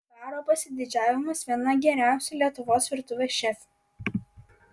baro pasididžiavimas viena geriausių lietuvos virtuvės šefių